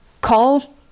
call